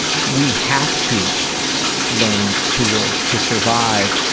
we have to learn tools to survive,